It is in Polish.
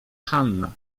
hanna